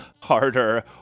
harder